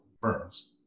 burns